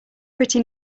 pretty